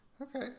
Okay